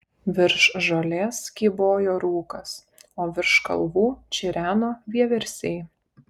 virš žolės kybojo rūkas o virš kalvų čireno vieversiai